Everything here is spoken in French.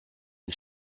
une